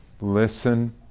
Listen